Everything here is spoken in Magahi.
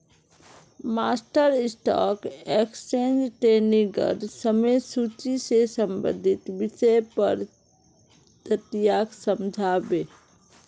मास्टर स्टॉक एक्सचेंज ट्रेडिंगक समय सूची से संबंधित विषय पर चट्टीयाक समझा बे